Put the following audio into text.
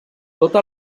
tota